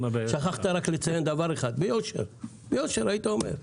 שכחת רק לציין דבר אחד, ביושר, ביושר היית אומר: